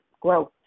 Growth